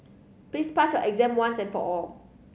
please pass your exam once and for all